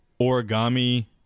origami